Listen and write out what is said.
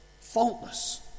faultless